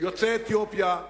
יוצאי אתיופיה,